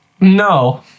No